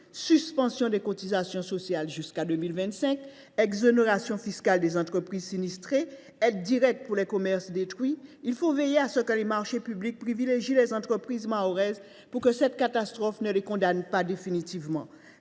suspension des cotisations sociales jusqu’à la fin de 2025, une exonération fiscale des entreprises sinistrées, ou encore des aides directes pour les commerces détruits. Il faut aussi veiller à ce que les marchés publics privilégient les entreprises mahoraises pour que cette catastrophe ne les condamne pas définitivement.